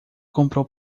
comprou